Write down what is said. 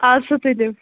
اَدٕ سا تُلِو